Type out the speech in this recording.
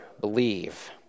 believe